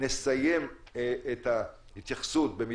אנחנו נסיים את ההתייחסות של משרדי הממשלה,